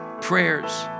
Prayers